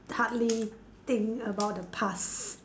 hardly think about the past